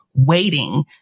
waiting